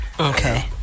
Okay